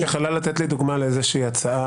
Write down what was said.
את יכולה לתת לי דוגמה לאיזושהי הצעה